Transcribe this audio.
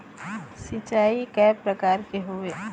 सिचाई कय प्रकार के होये?